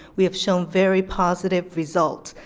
we have shown very positive result.